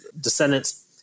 descendants